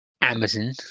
Amazon